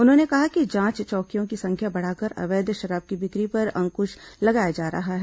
उन्होंने कहा कि जांच चौकियों की संख्या बढ़ाकर अवैध शराब की बिक्री पर अंकुश लगाया जा रहा है